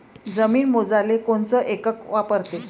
जमीन मोजाले कोनचं एकक वापरते?